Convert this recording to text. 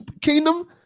kingdom